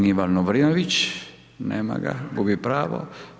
G. Ivan Lovrinović, nema ga, gubi pravo.